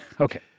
Okay